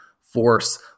force